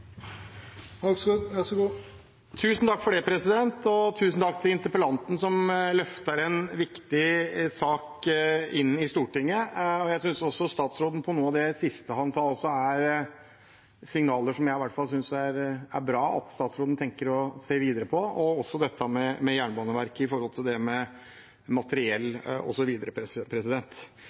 Tusen takk til interpellanten, som løfter en viktig sak i Stortinget. Jeg synes også at noe av det siste statsråden sa, er signaler som i hvert fall jeg synes er bra, at statsråden tenker på og ser videre på det, også dette med Jernbaneverket med tanke på det med materiell